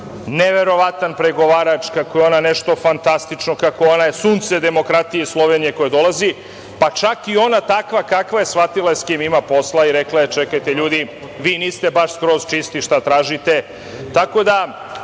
neverovatan pregovarač, kako je ona nešto fantastično, kako je sunce demokratije Slovenije iz koje dolazi, pa čak i ona takva kakva je, shvatila je sa kim ima posla i rekla je – čekajte ljudi, vi niste baš skroz čisti šta tražite.